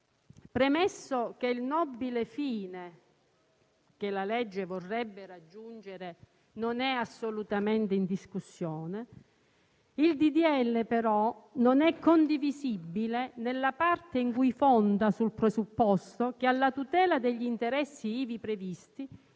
Premesso che il nobile fine che la legge vorrebbe raggiungere non è assolutamente in discussione, il disegno di legge, però, non è condivisibile nella parte in cui si fonda sul presupposto che, alla tutela degli interessi ivi previsti,